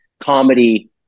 comedy